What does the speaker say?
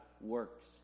works